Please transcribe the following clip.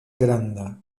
granda